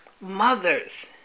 mothers